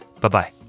Bye-bye